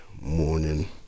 morning